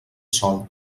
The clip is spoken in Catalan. sol